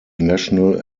national